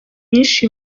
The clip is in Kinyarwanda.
nyinshi